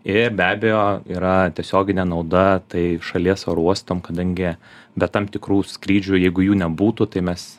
ir be abejo yra tiesioginė nauda tai šalies oro uostam kadangi be tam tikrų skrydžių jeigu jų nebūtų tai mes